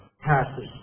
passes